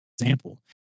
example